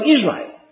Israel